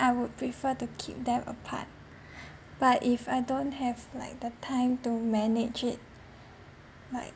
I would prefer to keep them apart but if I don't have like the time to manage it like